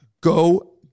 go